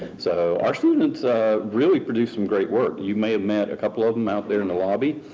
so, our students really produce some great work. you may have met a couple of them out there in the lobby.